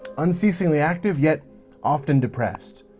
unceasingly active yet often depressed.